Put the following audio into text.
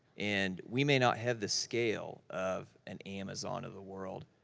and we may not have the scale of an amazon of the world,